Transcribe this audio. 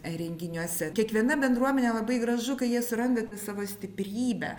renginiuose kiekviena bendruomenė labai gražu kai jie suranda savo stiprybę